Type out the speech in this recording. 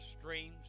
streams